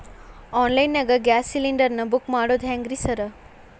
Online ನಾಗ gas cylinder ನಾ book ಮಾಡೋದ್ ಹೆಂಗ್ರಿ ಸಾರ್?